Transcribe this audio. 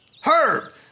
Herb